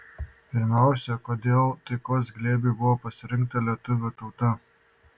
pirmiausia kodėl taikos glėbiui buvo pasirinkta lietuvių tauta